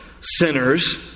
Sinners